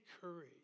courage